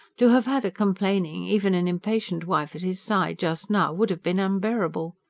to have had a complaining, even an impatient wife at his side, just now, would have been unbearable.